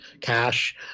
cash